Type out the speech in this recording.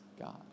God